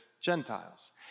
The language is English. Gentiles